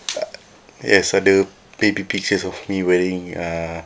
uh yes ada baby pictures of me wearing a